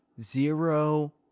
zero